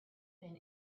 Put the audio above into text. been